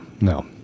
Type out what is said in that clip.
No